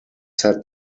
set